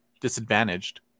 disadvantaged